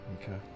Okay